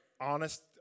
honest